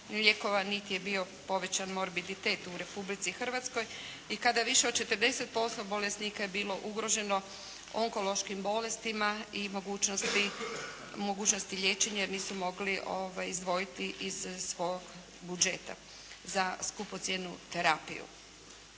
lijekova, niti je bio povećan morbiditet u Republici Hrvatskoj i kada više od 40% bolesnika je bilo ugroženo onkološkim bolestima i mogućnosti liječenja jer nisu mogli izdvojiti iz svog budžeta za skupocjenu terapiju.